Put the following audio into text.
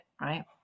right